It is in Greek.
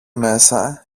μέσα